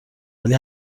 ولی